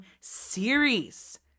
series